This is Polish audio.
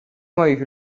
moich